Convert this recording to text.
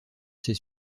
ces